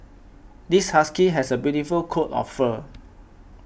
this husky has a beautiful coat of fur